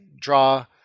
draw